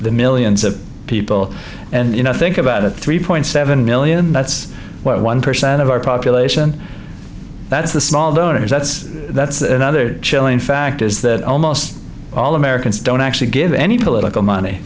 the millions of people and you know think about it three point seven million that's one percent of our population that's the small donors that's that's another chilling fact is that almost all americans don't actually give any political money